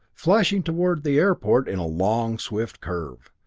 flashing toward the airport in a long, swift curve.